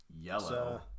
yellow